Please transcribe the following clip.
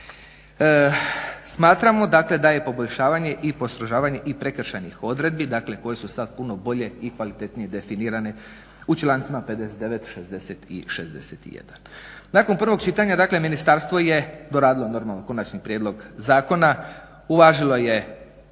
Smatramo dakle da je poboljšavanje i postrožavanje i prekršajnih odredbi koje su sad puno bolje i kvalitetnije definirane u člancima 59., 60. i 61. Nakon prvog čitanja dakle ministarstvo je doradilo normalno konačni prijedlog zakona, uvažilo je